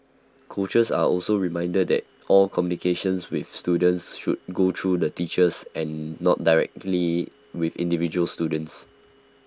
coaches are also reminded that all communication with students should go through the teachers and not directly with individual students